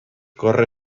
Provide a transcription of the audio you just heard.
corre